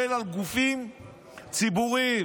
כולל על גופים ציבוריים,